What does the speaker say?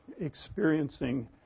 experiencing